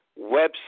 website